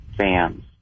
fans